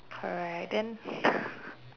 correct then